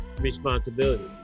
responsibility